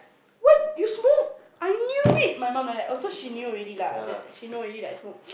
what you smoke I knew it my mum like that oh so you knew already lah then she know already that I smoke